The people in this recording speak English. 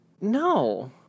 No